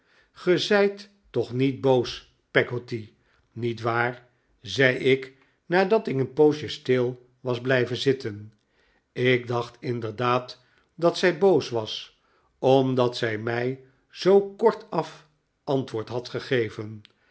zijt toch niet boos peggotty niet waar zei ik nadat ik een poosje stil was blijven zitten ik dacht inderdaad dat zij boos was omdat zij mij zoo kortaf antwoord had gegeven